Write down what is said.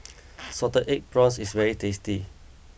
Salted Egg Prawns is very tasty